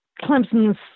Clemson's